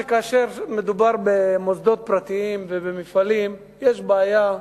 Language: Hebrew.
כאשר מדובר במוסדות פרטיים ובמפעלים יש בעיה,